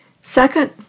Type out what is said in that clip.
Second